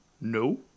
No